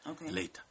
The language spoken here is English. later